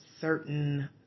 certain